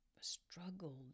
struggled